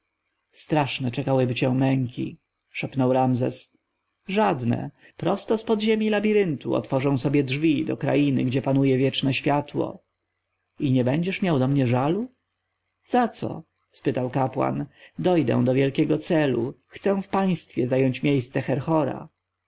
straszne czekałyby cię męki szepnął ramzes żadne prosto z podziemiów labiryntu otworzę sobie drzwi do krainy gdzie panuje wieczne światło i nie będziesz miał do mnie żalu za co spytał kapłan dojdę do wielkiego celu chcę w państwie zająć miejsce herhora